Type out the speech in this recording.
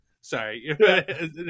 sorry